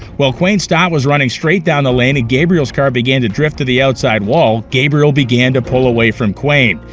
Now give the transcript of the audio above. while quain stott was running straight down the lane and gabriel's car began to drift to the outside wall, gabriel began to pull away from quain.